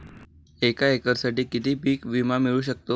एका एकरसाठी किती पीक विमा मिळू शकतो?